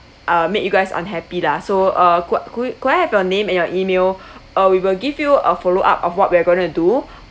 uh made you guys unhappy lah so uh could could y~ could I have your name and your email uh we will give you a follow up of what we're going to do